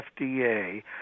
FDA